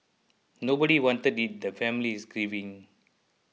nobody wanted it the family is grieving